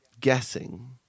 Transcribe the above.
guessing